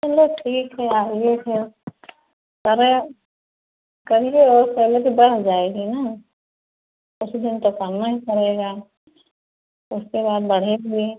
चलो ठीक है आइए फिर करै करिए और सैलरी बढ़ जाएगी न कुछ दिन तो करना ही पड़ेगा उसके बाद बढ़ेगी